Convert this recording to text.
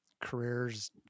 careers